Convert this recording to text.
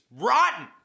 rotten